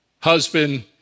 Husband